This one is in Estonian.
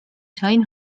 sain